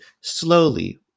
slowly